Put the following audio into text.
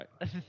right